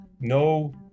No